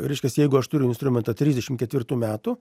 reiškias jeigu aš turiu instrumentą trisdešimt ketvirtų metų